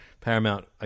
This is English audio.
Paramount